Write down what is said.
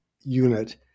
unit